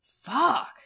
Fuck